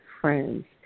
friends